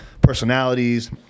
personalities